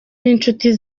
n’inshuti